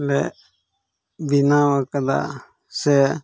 ᱞᱮ ᱵᱮᱱᱟᱣ ᱟᱠᱟᱫᱟ ᱥᱮ